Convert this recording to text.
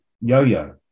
yo-yo